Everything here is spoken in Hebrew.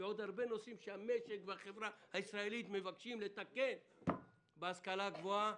יש עוד הרבה נושאים שהמשק והחברה הישראלית מבקשים לתקן בהשכלה הגבוהה,